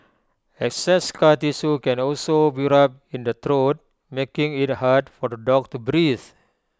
excess scar tissue can also build up in the throat making IT hard for the dog to breathe